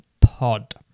pod